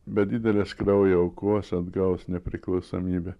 be didelės kraujo aukos atgaus nepriklausomybę